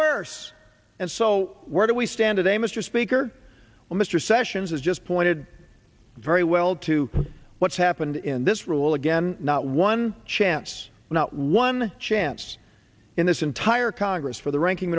worse and so where do we stand today mr speaker when mr sessions has just pointed very well to what's happened in this rule again not one chance not one chance in this entire congress for the ranking